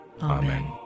Amen